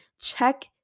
check